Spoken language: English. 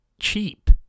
Cheap